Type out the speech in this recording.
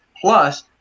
Plus